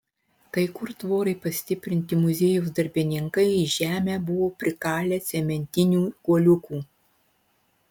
kai kur tvorai pastiprinti muziejaus darbininkai į žemę buvo prikalę cementinių kuoliukų